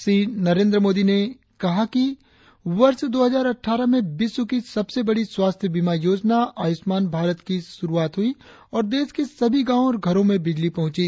श्री नरेंद्र मोदी ने कहा कि वर्ष दो हजार अटठारह में विश्व की सबसे बड़ी स्वास्थ्य बीमा योजना आयुष्मान भारत की शुरुआत हुई और देश के सभी गांवो और घरों में बिजली पहुंची